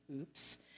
oops